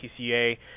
TCA